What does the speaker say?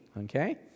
okay